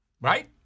Right